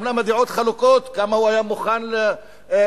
אומנם הדעות חלוקות כמה הוא היה מוכן לחתום,